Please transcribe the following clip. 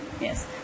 Yes